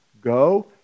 Go